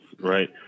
right